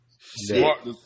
Smart